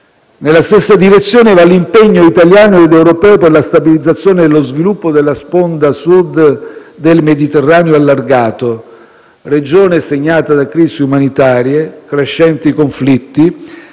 Nella stessa direzione va l'impegno italiano ed europeo per la stabilizzazione e lo sviluppo della sponda Sud del Mediterraneo allargato, regione segnata da crisi umanitarie, recenti conflitti,